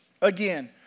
again